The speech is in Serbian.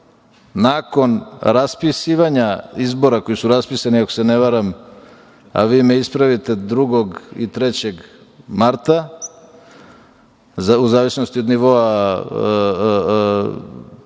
nakon raspisivanja izbora, koji su raspisani, ako se ne varam, a vi me ispravite, 2. i 3. marta, u zavisnosti od nivoa izbornih